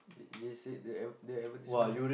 they they say they adver~ advertisements